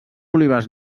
olives